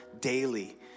daily